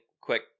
quick